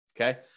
Okay